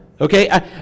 Okay